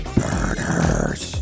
burners